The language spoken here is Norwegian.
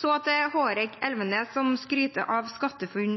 Så til Hårek Elvenes, som skryter av bl.a. SkatteFUNN.